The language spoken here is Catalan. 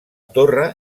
torre